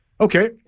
Okay